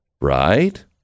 Right